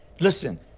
Listen